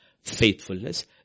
faithfulness